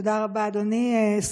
תודה רבה, אדוני.